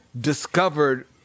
discovered